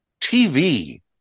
TV